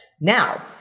Now